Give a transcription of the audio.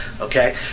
Okay